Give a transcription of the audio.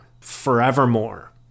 forevermore